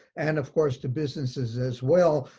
and of course, to businesses as well.